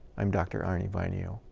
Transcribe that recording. i'm dr. arne vainio.